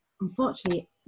Unfortunately